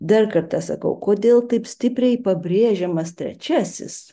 dar kartą sakau kodėl taip stipriai pabrėžiamas trečiasis